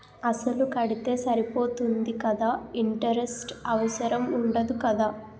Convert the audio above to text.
అసలు కడితే సరిపోతుంది కదా ఇంటరెస్ట్ అవసరం ఉండదు కదా?